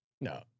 No